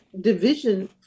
division